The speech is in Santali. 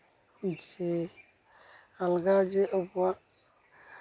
ᱡᱮ ᱟᱞᱜᱟ ᱡᱮ ᱟᱵᱚᱣᱟᱜ